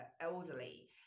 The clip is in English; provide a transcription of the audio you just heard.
elderly